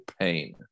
pain